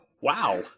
wow